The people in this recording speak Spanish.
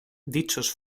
dichos